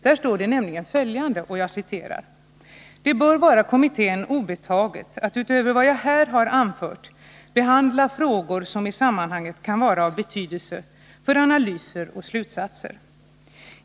Där står nämligen följande: ”Det bör vara kommittén obetaget att utöver vad jag här har anfört behandla frågor som i sammanhanget kan vara av betydelse för analyser och slutsatser.